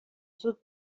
زود